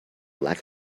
lack